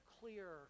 clear